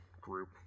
group